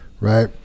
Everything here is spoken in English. right